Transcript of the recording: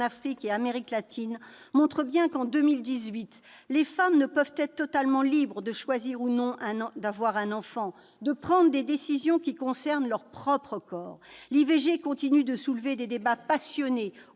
et d'Amérique latine, montrent bien que, en 2018, les femmes ne peuvent être totalement libres de choisir d'avoir ou non un enfant, de prendre des décisions qui concernent leur propre corps. L'IVG continue de soulever des débats passionnés et